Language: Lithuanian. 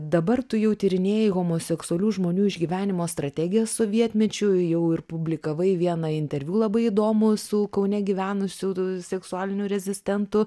dabar tu jau tyrinėji homoseksualių žmonių išgyvenimo strategiją sovietmečiu jau ir publikavai vieną interviu labai įdomų su kaune gyvenusiu seksualiniu rezistentu